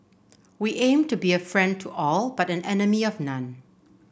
we aim to be a friend to all but an enemy of none